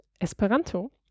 Esperanto